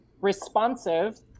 responsive